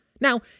Now